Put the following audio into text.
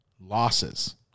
losses